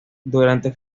durante